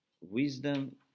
wisdom